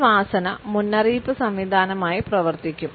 ഒരു വാസന മുന്നറിയിപ്പ് സംവിധാനമായി പ്രവർത്തിക്കും